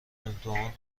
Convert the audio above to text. امتحان